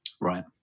Right